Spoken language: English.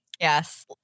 Yes